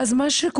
ואז מה שקורה,